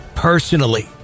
Personally